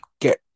get